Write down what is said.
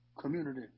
community